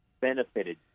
benefited